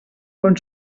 bon